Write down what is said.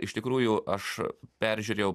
iš tikrųjų aš peržiūrėjau